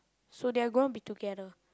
so they're gonna be together